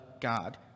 God